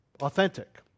authentic